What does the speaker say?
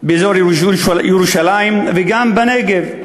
באזור ירושלים וגם בנגב.